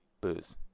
booze